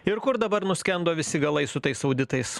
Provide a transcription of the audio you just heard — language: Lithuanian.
ir kur dabar nuskendo visi galai su tais auditais